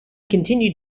continued